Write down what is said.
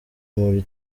muri